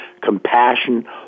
compassion